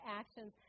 actions